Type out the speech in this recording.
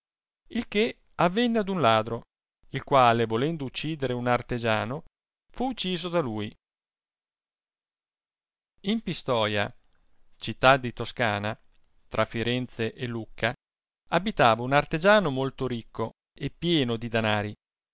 il che avenne ad un ladro il quale volendo uccidere un artegiano fu ucciso da lui in pistoia città di toscana tra firenze e lucca abitava un artegiano molto ricco e pieno di danari